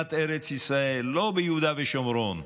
מדינת ארץ ישראל, לא ביהודה ושומרון,